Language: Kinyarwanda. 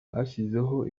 bashyizeho